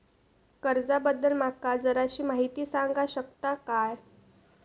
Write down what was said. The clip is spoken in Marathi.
कर्जा बद्दल माका जराशी माहिती सांगा शकता काय?